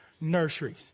nurseries